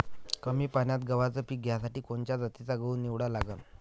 कमी पान्यात गव्हाचं पीक घ्यासाठी कोनच्या जातीचा गहू निवडा लागन?